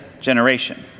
generation